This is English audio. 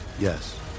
Yes